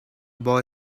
boy